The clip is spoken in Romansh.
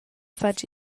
fatg